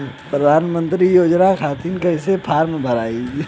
प्रधानमंत्री योजना खातिर कैसे फार्म भराई?